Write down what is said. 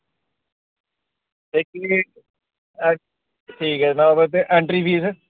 ठीक ऐ जनाव ते ऐट्रीं फीस